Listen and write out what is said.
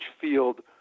field